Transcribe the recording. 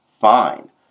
fine